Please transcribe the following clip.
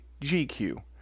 GQ